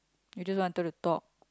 you just wanted to talk